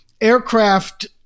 aircraft